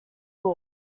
all